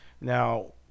Now